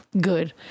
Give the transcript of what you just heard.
good